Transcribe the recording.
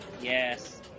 Yes